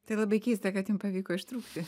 tai labai keista kad jum pavyko ištrūkti